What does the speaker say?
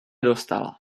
dostala